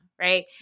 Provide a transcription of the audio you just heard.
right